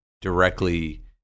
directly